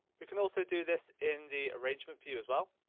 we can also do this in the arrangement view as well.